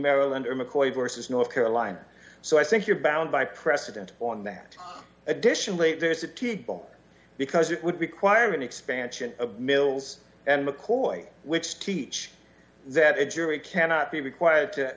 maryland or mccoy versus north carolina so i think you're bound by precedent on that additionally there's a t bone because it would require an expansion of mills and mccoy which teach that a jury cannot be required to